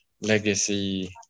legacy